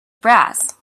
brass